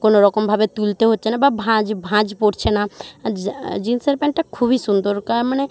কোনো রকমভাবে তুলতে হচ্ছে না বা ভাঁজ ভাঁজ পড়ছে না যা জিনসের প্যান্টটা খুবই সুন্দর কা মানে